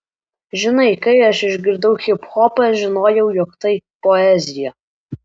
žinai kai aš išgirdau hiphopą žinojau jog tai poezija